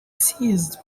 seized